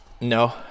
no